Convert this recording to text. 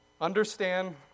Understand